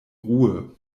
ruhe